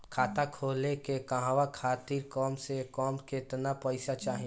खाता खोले के कहवा खातिर कम से कम केतना पइसा चाहीं?